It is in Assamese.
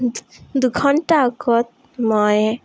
দুঘণ্টা আগত মই